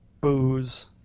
booze